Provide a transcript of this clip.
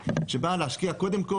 שבאה להשקיע קודם כל